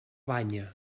banya